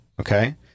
okay